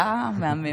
יא, מהמם.